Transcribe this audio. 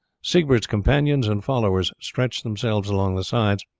siegbert's companions and followers stretched themselves along the sides,